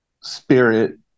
spirit